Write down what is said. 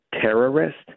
terrorist